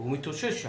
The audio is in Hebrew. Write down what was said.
והוא מתאושש שם,